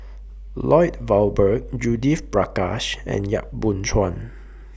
Lloyd Valberg Judith Prakash and Yap Boon Chuan